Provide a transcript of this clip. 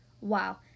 Wow